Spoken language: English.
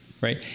right